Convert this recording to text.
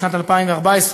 בשנת 2014,